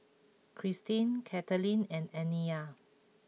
Christine Kathaleen and Aniya